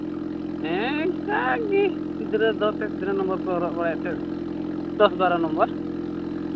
ᱦᱮᱸ ᱚᱱᱠᱟ ᱜᱮ ᱜᱤᱫᱽᱨᱟᱹ ᱠᱚ ᱛᱤᱱᱟᱹᱜ ᱱᱟᱢᱵᱟᱨ ᱠᱚ ᱦᱚᱨᱚᱜ ᱵᱟᱲᱟᱭᱟ ᱮᱱᱛᱮᱫ ᱫᱚᱥ ᱵᱟᱨᱚ ᱱᱚᱢᱵᱚᱨ